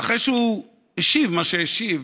אחרי שהוא השיב מה שהוא השיב,